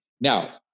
Now